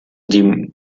die